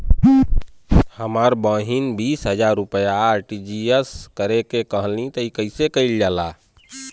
हमर बहिन बीस हजार रुपया आर.टी.जी.एस करे के कहली ह कईसे कईल जाला?